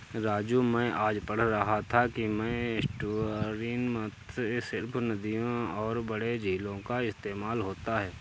राजू मैं आज पढ़ रहा था कि में एस्टुअरीन मत्स्य सिर्फ नदियों और बड़े झीलों का इस्तेमाल होता है